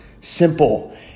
Simple